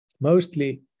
Mostly